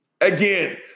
Again